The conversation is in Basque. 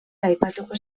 aipatuko